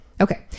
Okay